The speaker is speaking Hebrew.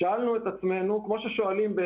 שאלנו את עצמנו מה